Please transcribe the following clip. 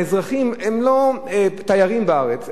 האזרחים הם לא תיירים בארץ,